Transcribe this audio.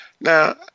Now